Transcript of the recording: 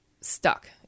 stuck